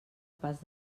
pas